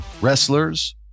wrestlers